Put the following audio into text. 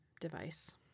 device